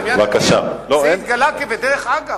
האמת היא שזה התגלה כבדרך אגב.